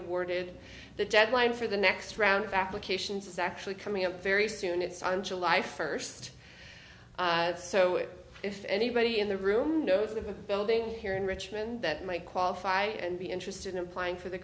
awarded the deadline for the next round of applications is actually coming up very soon it's on july first so if anybody in the room knows of a building here in richmond that might qualify and be interested in applying for the